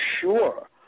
sure